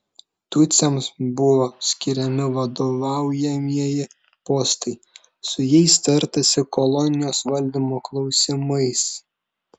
tutsiams buvo skiriami vadovaujamieji postai su jais tartasi kolonijos valdymo klausimais